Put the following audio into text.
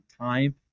time